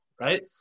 right